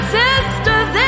sisters